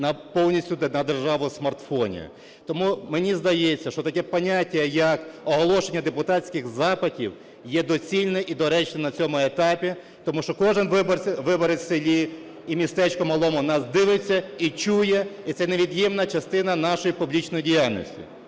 повністю на державу смартфонів. Тому мені здається, що таке поняття як оголошення депутатських запитів є доцільне і доречне на цьому етапі, тому що кожен виборець в селі і містечку малому нас дивиться і чує, і це невід'ємна частина нашої публічної діяльності.